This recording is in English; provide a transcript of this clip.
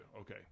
okay